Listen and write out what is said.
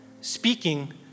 speaking